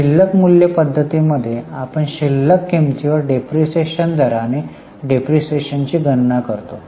शिल्लक मूल्य पद्धतीमध्ये आपण शिल्लक किमतीवर डिप्रीशीएशन दराने डिप्रीशीएशनची गणना करतो